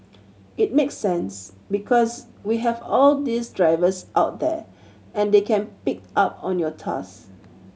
it makes sense because we have all these drivers out there and they can pick up on your task